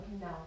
no